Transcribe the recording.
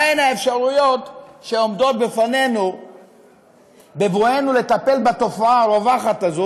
מהן האפשרויות שעומדות בפנינו בבואנו לטפל בתופעה הרווחת הזו?